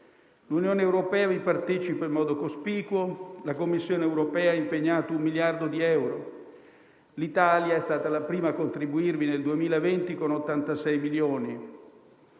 l'Unione europea vi partecipa in modo cospicuo e la Commissione europea ha impegnato un miliardo di euro; l'Italia è stata la prima a contribuirvi nel 2020, con 86 milioni.